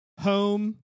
home